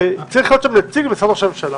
שצריך להיות שם נציג של משרד ראש הממשלה?